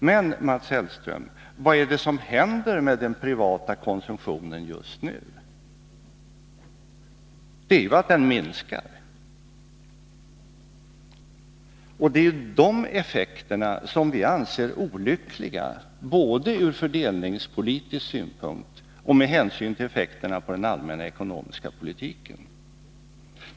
Men, Mats Hellström, vad är det som händer med den privata konsumtionen just nu? Jo, den minskar. Och det är dessa effekter som vi anser vara olyckliga, både ur fördelningspolitisk synpunkt och med hänsyn till effekterna på den allmänna ekonomiska politiken.